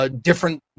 Different